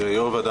יו"ר הוועדה,